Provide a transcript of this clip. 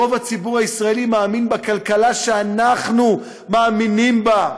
רוב הציבור הישראלי מאמין בכלכלה שאנחנו מאמינים בה,